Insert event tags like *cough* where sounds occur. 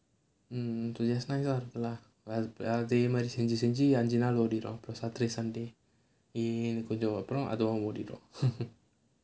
mm so just nice lah வேலை அதிகமா செஞ்சி செஞ்சி அஞ்சு நாள் ஓடிடும் அப்புறம்:velai adhigamaa senji senji anju naal odidum appuram saturday sunday ஈன்னு கொஞ்ச அப்புறம் அதுவும் ஓடிடும்:eeenu konja appuram adhuvum odidum *laughs*